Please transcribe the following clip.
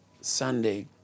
Sunday